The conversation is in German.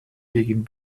gegen